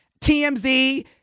TMZ